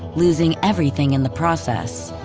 losing everything in the process